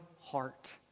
heart